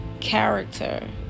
character